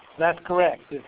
that's correct.